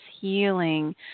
healing